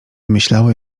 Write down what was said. myślały